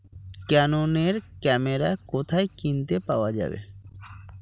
ক্যাননের camera কোথায় কিনতে পাওয়া যাবে